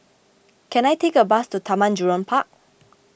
can I take a bus to Taman Jurong Park